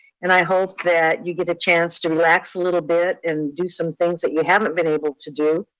and i hope that you get a chance to relax a little bit and do some things that you haven't been able to do.